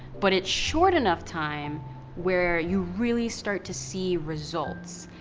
but it's short enough time where you really start to see results.